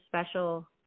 special